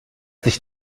dich